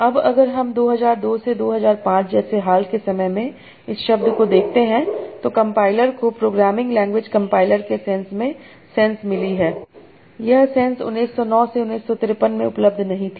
अब अगर हम 2002 2005 जैसे हाल के समय में इस शब्द को देखते हैं तो कम्पाइलर को प्रोग्रामिंग लैंग्वेज कम्पाइलर के सेंस में सेंस मिली है यह सेंस 1909 1953 में उपलब्ध नहीं थी